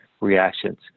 reactions